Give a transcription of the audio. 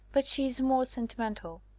but she is more sentimental.